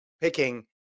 picking